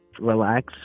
relax